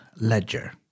Ledger